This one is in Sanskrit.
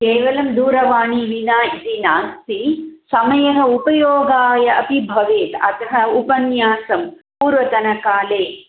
केवलं दूरवाणीं विना इति नास्ति समयः उपयोगाय अपि भवेत् अतः उपन्यासं पूर्वतनकाले